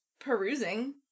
perusing